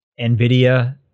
NVIDIA